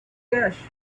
cash